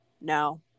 no